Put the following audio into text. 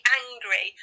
angry